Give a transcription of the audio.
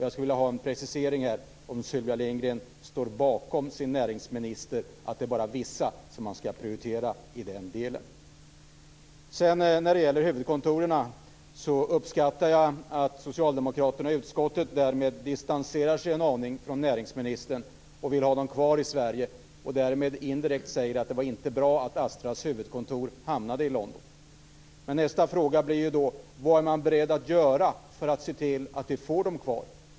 Jag skulle vilja ha en precisering här och undrar om Sylvia Lindgren står bakom sin näringsminister när det gäller detta med att det bara är vissa som man skall prioritera. När det gäller huvudkontoren uppskattar jag att socialdemokraterna i utskottet distanserar sig en aning från näringsministern och vill ha kvar dem i Sverige. Därmed säger man indirekt att det inte är bra att Astras huvudkontor hamnade i London. Nästa fråga blir då: Vad är man beredd att göra för att se till att vi får dem att vara kvar?